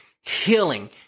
healing